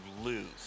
lose